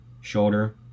Shoulder